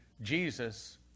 Jesus